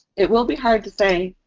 it will be hard to say,